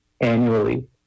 annually